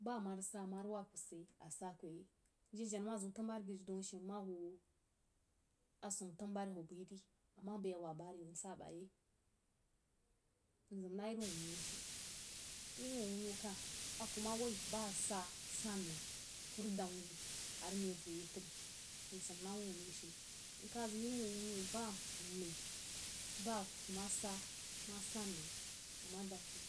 Bah amah rig sa rig wabba ku sid yei, asa kuh yei jen-jenna ma ziu tamu-buban ma bai rig daun ashe nma huo aswan tannu-bubain huo bai rí ama bai a wabba ba ri msa ba yei mzim nah iri wuh-wunno she, iri wuh-wunno kaha a kuma woi baasa san məng ku rig dəng wuh a rig memb voh yei trí mzim na wuh-wunno she mka zim irí wuh-wunno bah nmai bah kuma sa ma sana-məng a dəng kuh,